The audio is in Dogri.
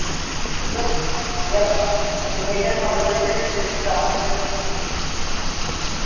मतलब अगर अगर कोई इ'यां अगर कोई इ'यां हिल स्टेशन जाना होऐ ते